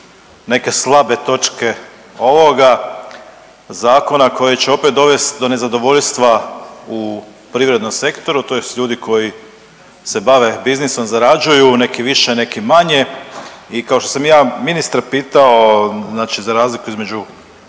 neke slabe točke ovoga zakona koji će opet dovesti do nezadovoljstva u privrednom sektoru, tj. ljudi koji se bave biznisom zarađuju neki više, neki manje. I kao što sam ja ministra pitao, znači za razliku između